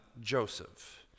Joseph